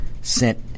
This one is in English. sent